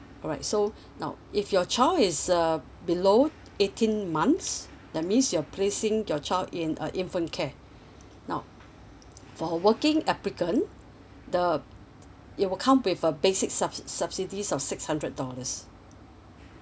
alright so now if your child is uh below eighteen months that means you're placing your child in a infant care now for working applicant the it will come with a basic sub~ subsidies of six hundred dollars